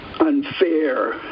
unfair